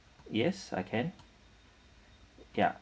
yes I can ya